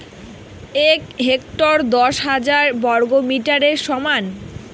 এক হেক্টর দশ হাজার বর্গমিটারের সমান